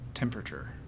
Temperature